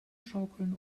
schaukeln